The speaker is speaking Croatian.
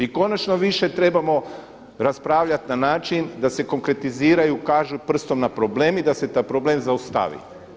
I konačno više trebamo raspravljati na način da se konkretiziraju, ukažu prstom na problem i da se taj problem zaustavi.